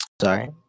sorry